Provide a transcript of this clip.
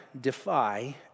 defy